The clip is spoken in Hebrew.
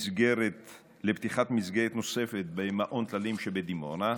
לפתיחת מסגרת נוספת במעון טללים שבדימונה,